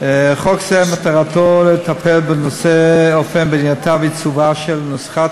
חוק זה מטרתו לטפל בנושא אופן בנייתה ועיצובה של נוסחת